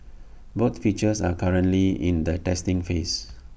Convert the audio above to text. both features are currently in the testing phase